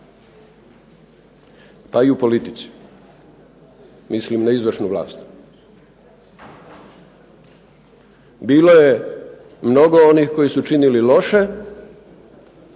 pa i u politici, mislim na izvršnu vlast. Bilo je mnogo onih koji su činili loše